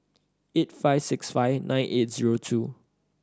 eight five six five nine eight zero two